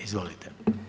Izvolite.